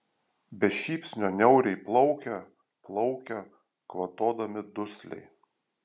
be šypsnio niauriai plaukia plaukia kvatodami dusliai